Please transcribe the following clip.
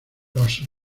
los